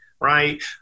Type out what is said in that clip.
right